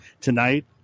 tonight